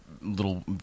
little